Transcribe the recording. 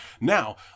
Now